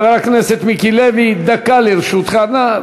חבר הכנסת מיקי לוי, דקה לרשותך.